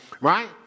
right